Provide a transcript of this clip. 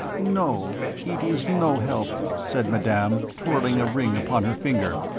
no, it is no help, said madame, twirling a ring upon her finger.